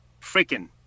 Freaking